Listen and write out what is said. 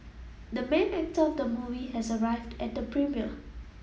the main actor of the movie has arrived at the premiere